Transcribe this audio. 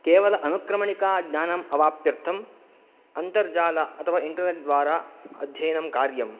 केवलम् अनुक्रमणिका ज्ञानम् अवाप्त्यर्थम् अन्तर्जाल अथवा इण्टर्नेट् द्वारा अध्ययनं कार्यम्